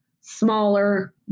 smaller